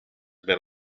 been